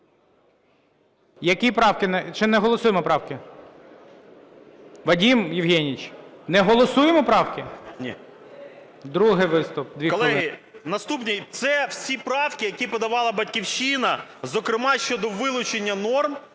Колеги, наступне, це всі правки, які подавала "Батьківщина", зокрема, щодо вилучення норм